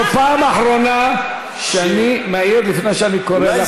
זאת פעם אחרונה שאני מעיר לפני שאני קורא אותך לסדר.